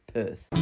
Perth